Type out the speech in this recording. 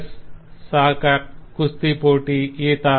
chess soccer కుస్తీ పోటీ ఈత